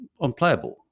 unplayable